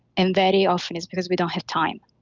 and very often it's because we don't have time.